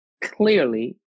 clearly